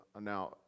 Now